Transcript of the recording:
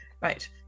right